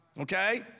okay